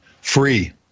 Free